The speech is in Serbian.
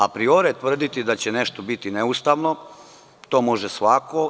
Apriore tvrditi da će nešto biti neustavno, to može svako.